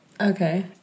Okay